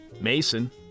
Mason